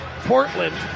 Portland